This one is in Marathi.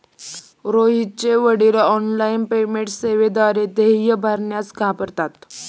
रोहितचे वडील ऑनलाइन पेमेंट सेवेद्वारे देय भरण्यास घाबरतात